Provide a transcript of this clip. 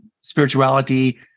spirituality